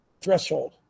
threshold